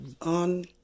On